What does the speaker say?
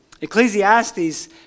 Ecclesiastes